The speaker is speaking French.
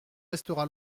restera